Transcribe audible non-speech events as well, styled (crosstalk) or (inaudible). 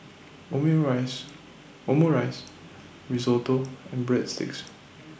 (unintelligible) Omurice Risotto and Breadsticks